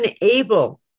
unable